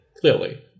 clearly